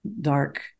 dark